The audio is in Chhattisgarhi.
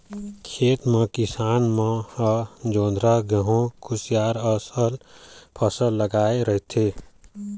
खेत म किसान मन ह जोंधरी, गहूँ, कुसियार असन फसल लगाए रहिथे